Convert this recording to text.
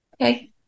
okay